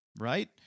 Right